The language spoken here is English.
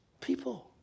people